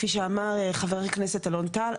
כפי שאמר חבר הכנסת אלון טל,